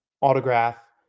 autograph